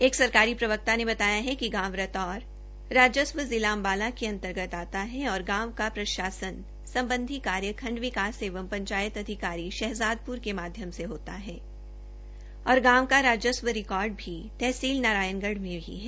एक सरकारी प्रवक्ता ने बताया कि गांव रजौर राजस्व जिला अम्बाला के अंतर्गत आता है और गांव के प्रशासन सम्बधी कार्य खंड विकास एंव पंचायत अधिकारी श्हजादप्र के माध्यम से होता है और गांव का राजव रिकार्ड भी तहसील नारायण्गढ़ में है